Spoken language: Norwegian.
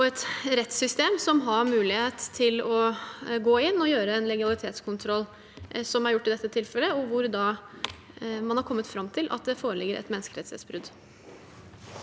og et rettssystem som har mulighet til å gå inn og gjøre en legalitetskontroll, noe som er gjort i dette tilfellet, og hvor man da har kommet fram til at det foreligger et menneskerettighetsbrudd.